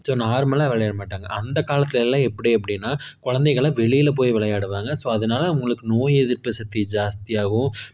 so நார்மலாக விளையாடமாட்டாங்க அந்த காலத்திலையெல்லாம் எப்படி எப்படின்னா குழந்தைகல்லாம் வெளியில் போய் விளையாடுவாங்க ஸோ அதனால அவங்களுக்கு நோய் எதிர்ப்பு சக்தி ஜாஸ்தியாகும்